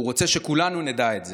והוא רוצה שכולנו נדע את זה.